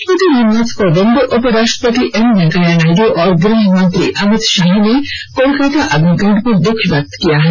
राष्ट्रपति रामनाथ कोविंद उपराष्ट्रपति एम वैंकेयानायडू और गृह मंत्री अमितशाह ने कोलकाता अग्निकांड पर दुख व्यक्त किया है